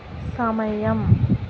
సమయం